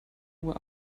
uhr